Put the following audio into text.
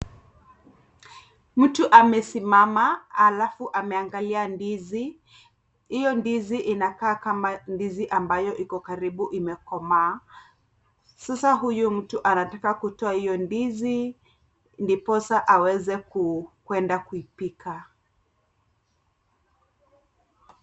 Mtu amesimama halaffu ameangalia ndizi, hiyo ndizi inakaa kama ndizi ambayo iko karibu imekomaa. Sasa huyu mtu anataka kutoa hiyo ndizi ndiposa aweze kwenda kuipika.